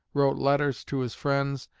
wrote letters to his friends,